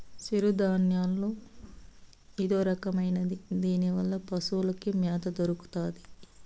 సిరుధాన్యాల్లో ఇదొరకమైనది దీనివల్ల పశులకి మ్యాత దొరుకుతాది